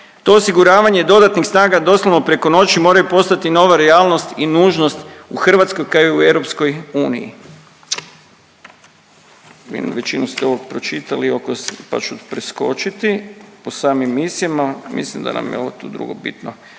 To osiguravanje dodatnih snaga doslovno preko noći moraju postati nova realnost i nužnost u Hrvatskoj kao i u EU.